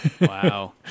wow